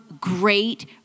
great